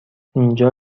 اینجا